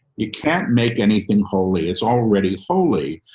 you can't make anything holy. it's already holy.